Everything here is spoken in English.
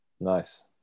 nice